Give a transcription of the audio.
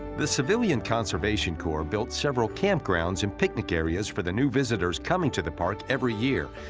the civilian conservation corps built several campgrounds and picnic areas for the new visitors coming to the park every year.